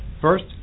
first